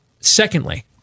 Secondly